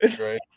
right